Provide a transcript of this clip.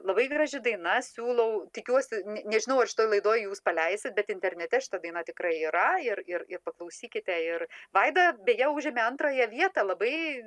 labai graži daina siūlau tikiuosi nežinau ar šitoj laidoj jūs paleisit bet internete šita daina tikrai yra ir ir ir paklausykite ir vaida beje užėmė antrąją vietą labai